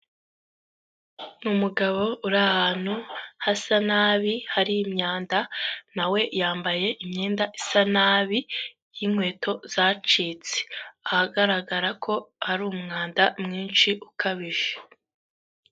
Ni umugabo uri ahantu hasa nabi hari imyanda, na we yambaye imyenda isa nabi y'inkweto zacitse, ahagaragara ko hari umwanda mwinshi ukabije.